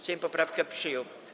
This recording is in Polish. Sejm poprawkę przyjął.